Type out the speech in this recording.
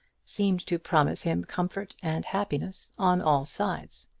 seemed to promise him comfort and happiness on all sides.